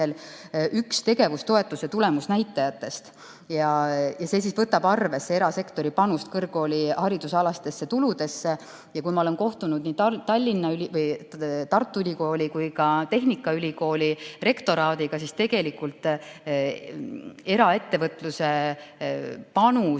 üks tegevustoetuse tulemusnäitajatest ja see võtab arvesse erasektori panust kõrgkooli haridusalastesse tuludesse. Ma olen kohtunud nii Tartu Ülikooli kui ka Tallinna Tehnikaülikooli rektoraadiga ja tegelikult eraettevõtluse panus